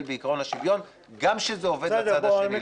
בעיקרון השוויון גם כשזה עובד לצד השני,